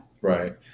Right